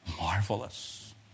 marvelous